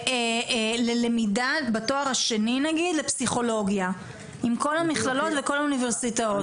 יש ללמידה בתואר השני בפסיכולוגיה בכל המכללות וכל האוניברסיטאות.